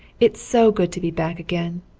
it's so good to be back again.